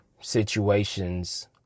situations